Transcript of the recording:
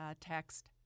text